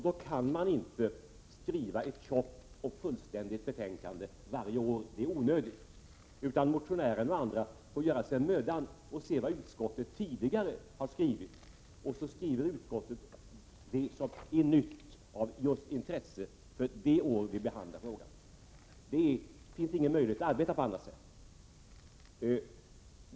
Då kan man inte skriva ett tjockt och fullständigt betänkande varje år — det är onödigt — utan motionärer och andra får göra sig mödan att se vad utskottet tidigare har skrivit, och så skriver utskottet det som är nytt och är av intresse just det år vi behandlar frågan. Det finns ingen möjlighet att arbeta på annat sätt.